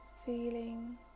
Feeling